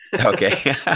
okay